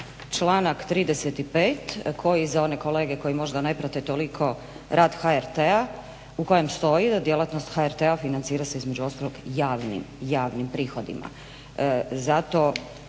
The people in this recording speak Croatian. članak 35. koji, za one kolege koji možda ne prate toliko rad HRT-a, u kojem stoji da djelatnost HRT-a financira se između ostalog javnim prihodima.